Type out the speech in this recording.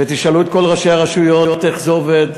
ותשאלו את כל ראשי הרשויות איך זה עובד.